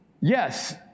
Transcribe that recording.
yes